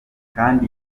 kandi